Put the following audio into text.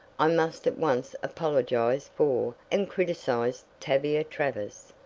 i must at once apologize for, and criticise tavia travers.